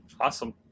Awesome